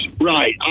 Right